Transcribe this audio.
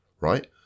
right